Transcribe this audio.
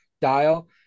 dial